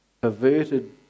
perverted